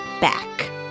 back